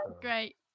Great